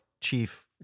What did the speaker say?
chief